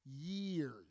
years